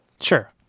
Sure